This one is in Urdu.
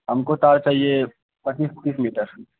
ہم کو تار چاہیے پچیس تیس میٹر